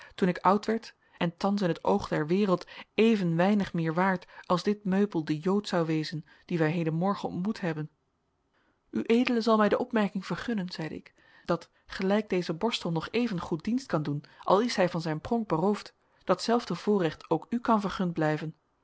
toen ik oud werd en thans in het oog der wereld even weinig meer waard als dit meubel den jood zou wezen dien wij hedenmorgen ontmoet hebben ued zal mij de opmerking vergunnen zeide ik dat gelijk deze borstel nog evengoed dienst kan doen al is hij van zijn pronk beroofd datzelfde voorrecht ook u kan vergund blijven